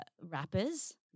rappers